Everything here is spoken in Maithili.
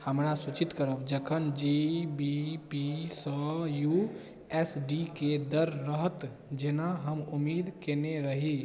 हमरा सूचित करब जखन जी बी पी सॅं यू एस डी के दर रहत जेना हम उम्मीद कयने रही